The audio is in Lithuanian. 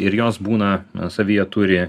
ir jos būna savyje turi